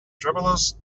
travelers